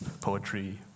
poetry